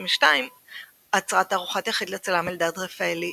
ב־2022 אצרה תערוכת יחיד לצלם אלדד רפאלי